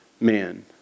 man